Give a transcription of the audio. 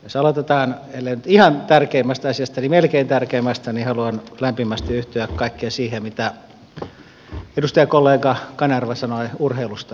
jos aloitetaan ellei nyt ihan tärkeimmästä asiasta niin melkein tärkeimmästä haluan lämpimästi yhtyä kaikkeen siihen mitä edustajakollega kanerva sanoi urheilusta ja ylestä